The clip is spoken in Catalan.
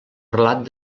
relat